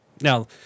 Now